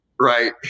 Right